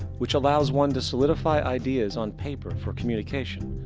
which allows one to solidify ideas on paper for communication.